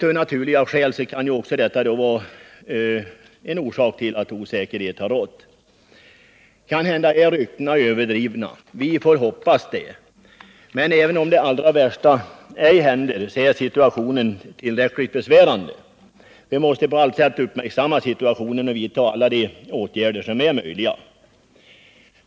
Av naturliga skäl kan också detta vara en orsak till att osäkerhet har rått. Kanhända är ryktena överdrivna. Vi får hoppas det. Men även om det allra värsta ej händer, är situationen tillräckligt besvärande. Vi måste på allt sätt uppmärksamma situationen och vidta de åtgärder som är möjliga.